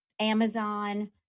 Amazon